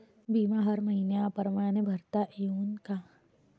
बिमा हर मइन्या परमाने भरता येऊन का?